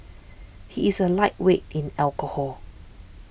he is a lightweight in alcohol